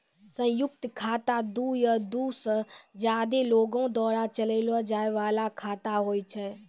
संयुक्त खाता दु या दु से ज्यादे लोगो द्वारा चलैलो जाय बाला खाता होय छै